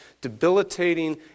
debilitating